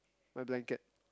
my blanket